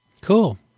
Cool